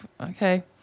okay